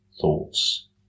thoughts